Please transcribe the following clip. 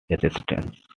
resistance